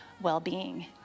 well-being